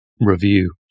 review